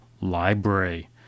library